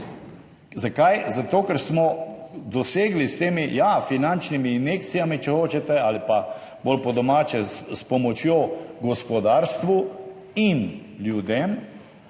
Zakaj? Zato, ker smo dosegli s temi finančnimi injekcijami, če hočete ali pa bolj po domače, s pomočjo gospodarstvu in ljudem